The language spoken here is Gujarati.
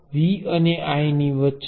V અને Iની વચ્ચે